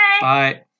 bye